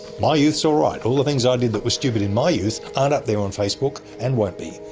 my youth is alright. all the things i did that were stupid in my youth aren't up there on facebook, and won't be,